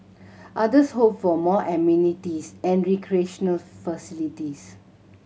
others hoped for more amenities and recreational facilities